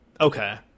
Okay